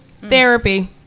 therapy